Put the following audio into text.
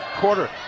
quarter